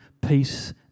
peace